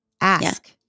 Ask